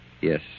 Yes